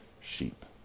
sheep